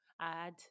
add